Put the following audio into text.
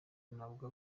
ntabwo